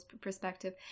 perspective